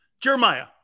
Jeremiah